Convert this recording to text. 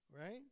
right